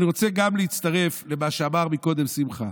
אני רוצה גם להצטרף למה שאמר קודם שמחה.